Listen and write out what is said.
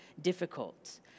difficult